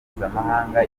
mpuzamahanga